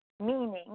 meaning